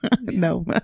No